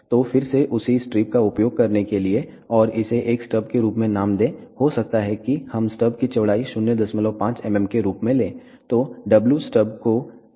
तो फिर से उसी स्ट्रिप का उपयोग करने के लिए और इसे एक स्टब के रूप में नाम दें हो सकता है कि हम स्टब की चौड़ाई 05 mm के रूप में लें